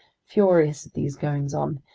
furious at these goings on,